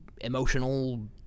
emotional